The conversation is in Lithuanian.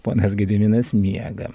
ponas gediminas miega